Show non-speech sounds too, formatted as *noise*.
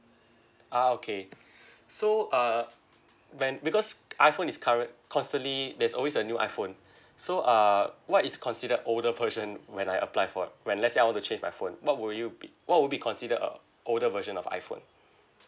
uh okay *breath* so uh when because iphone is current constantly there's always a new iphone *breath* so uh what is considered older version when I apply for it when let's say I'll want to change my phone what would you be what would be considered a older version of iphone